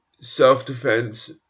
self-defense